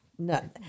No